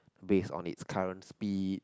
based on its current speed